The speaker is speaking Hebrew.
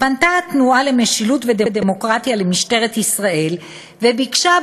פנתה התנועה למשילות ודמוקרטיה למשטרת ישראל וביקשה,